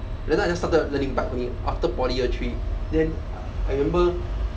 that time I just started learning bike only after poly year three then I remember